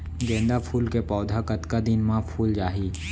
गेंदा फूल के पौधा कतका दिन मा फुल जाही?